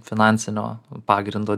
finansinio pagrindo